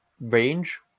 range